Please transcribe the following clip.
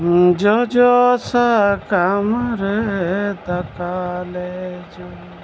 ᱡᱚᱡᱚ ᱥᱟᱠᱟᱢ ᱨᱮ ᱫᱟᱠᱟ ᱞᱮ ᱡᱚᱢ